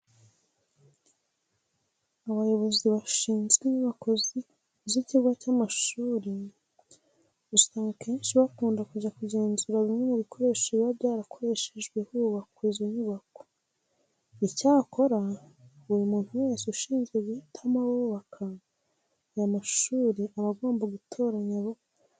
Abayobozi bashinzwe inyubako z'ikigo cy'amashuri usanga akenshi bakunda kujya kugenzura bimwe mu bikoresho biba byarakoreshejwe hubakwa izo nyubako. Icyakora, buri muntu wese ushinzwe guhitamo abubaka aya mashuri aba agomba gutoranya abo abona babifitiye ubushobozi kandi b'abahanga.